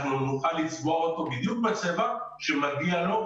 אנחנו נוכל לצבוע אותו בדיוק בצבע שמגיע לו,